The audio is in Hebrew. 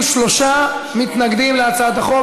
43 מתנגדים להצעת החוק.